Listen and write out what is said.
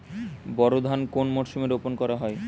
বোরো ধান কোন মরশুমে রোপণ করা হয়?